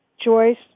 Joyce